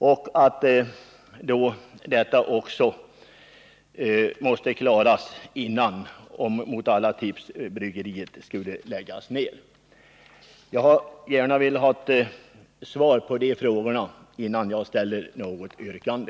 Kan vi räkna med att besked om detta i så fall ges innan bryggeriet — mot alla tips — läggs ned? Jag vill gärna, herr talman, ha svar på de frågorna innan jag ställer något yrkande.